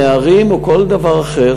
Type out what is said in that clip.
נערים או כל דבר אחר,